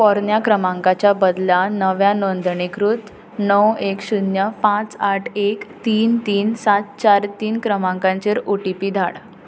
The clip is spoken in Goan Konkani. पोरन्या क्रमांकाच्या बदला नव्या नोंदणीकृत णव एक शुन्य पांच आठ एक तीन तीन सात चार तीन क्रमांकांचेर ओ टी पी धाड